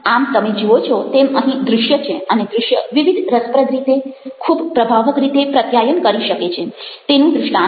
આમ તમે જુઓ છો તેમ અહીં દ્રશ્ય છે અને દ્રશ્ય વિવિધ રસપ્રદ રીતે ખૂબ પ્રભાવક રીતે પ્રત્યાયન કરી શકે છે તેનું દ્રષ્ટાન્ત છે